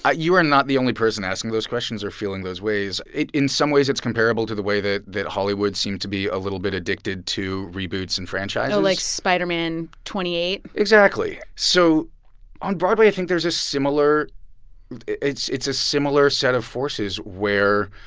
ah you are not the only person asking those questions or feeling those ways. in some ways, it's comparable to the way that that hollywood seemed to be a little bit addicted to reboots and franchises oh, like spiderman twenty eight? exactly. so on broadway, i think there's a similar it's it's a similar set of forces where,